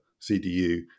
CDU